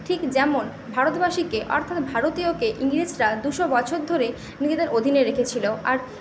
ঠিক যেমন ভারতবাসীকে অর্থাৎ ভারতীয়কে ইংরেজরা দুশো বছর ধরে নিজেদের অধীনে রেখেছিল আর সে